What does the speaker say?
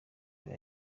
babo